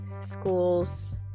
schools